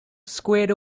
squared